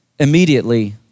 Immediately